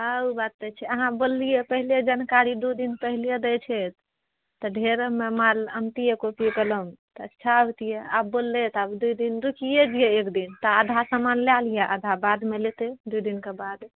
हँ ओ बात तऽ छै अहाँ बोललिऐ पहिले जानकारी दू दिन पहिले दै छै तऽ ढेरोमे माल अनतिऐ कॉपी कलम तऽ अच्छा अबितीऐ आब बोललीऐ तऽ आब दू दिन रुकिए जैयै एक दिन तऽ आधा सामान लए लिए आधा बादमे लेतै दू दिनके बाद